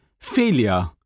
failure